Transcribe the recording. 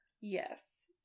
Yes